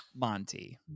Monty